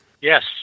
Yes